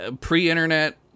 pre-internet